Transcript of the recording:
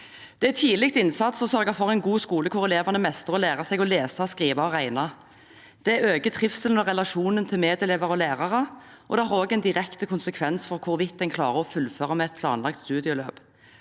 Det er tidlig innsats å sørge for en god skole hvor elevene mestrer og lærer seg å lese, skrive og regne. Det øker trivselen og relasjonen til medelever og lærere, og det har også en direkte konsekvens for hvorvidt en klarer å fullføre med et planlagt studieløp.